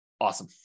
Awesome